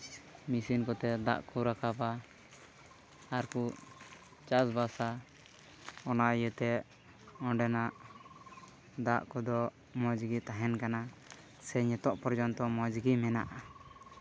machine ᱠᱚᱛᱮ ᱫᱟᱜ ᱠᱚ ᱨᱟᱠᱟᱵᱟ ᱟᱨᱠᱚ ᱪᱟᱥᱼᱵᱟᱥᱼᱟ ᱚᱱᱟ ᱤᱭᱟᱹᱛᱮ ᱚᱸᱰᱮᱱᱟᱜ ᱫᱟᱜ ᱠᱚᱫᱚ ᱢᱚᱡᱽ ᱜᱮ ᱛᱟᱦᱮᱱᱟ ᱥᱮ ᱱᱤᱛᱚᱜ ᱯᱚᱨᱡᱚᱱᱛᱚ ᱢᱚᱡᱽ ᱜᱮ ᱢᱮᱱᱟᱜᱼᱟ